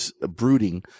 brooding